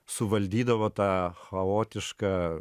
suvaldydavo tą chaotišką